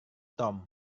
tom